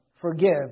forgive